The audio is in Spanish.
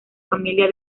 familia